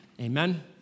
Amen